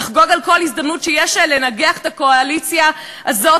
לחגוג על כל הזדמנות שיש לה לנגח את הקואליציה הזאת.